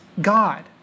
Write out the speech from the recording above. God